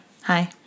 Hi